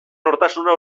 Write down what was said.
nortasuna